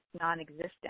non-existent